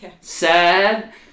Sad